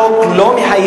ברשותך,